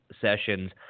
Sessions